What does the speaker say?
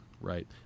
right